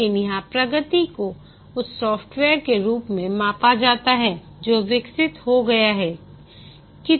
लेकिन यहां प्रगति को उस सॉफ्टवेयर के रूप में मापा जाता है जो विकसित हो गया है